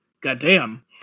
goddamn